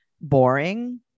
boring